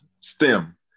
stem